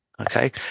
Okay